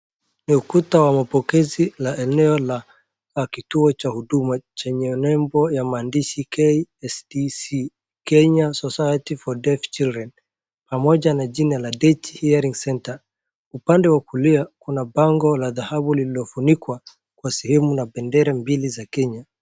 Ukuta wa mapokezi na eneo la kituo cha huduma chenye nembo ya maandishi KSDC -Kenya Society-for Deaf Children , pamoja na jina la DECHI HEARING CENTRE . Upande wa kulia kuna bango la dhahabu lililofunikwa kwa sehemu na bendera mbili za Kenya.